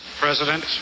President